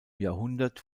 jahrhundert